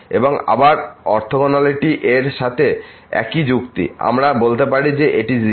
এবং আবার ওরথগোনালিটি এর সাথে একই যুক্তি আমরা বলতে পারি যে এটি 0